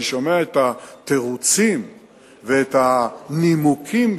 אני שומע את התירוצים ואת ה"נימוקים",